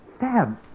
Dad